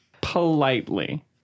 Politely